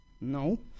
No